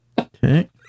Okay